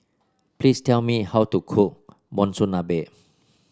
please tell me how to cook Monsunabe